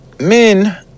Men